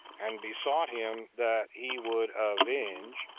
and besought him that he would avenge,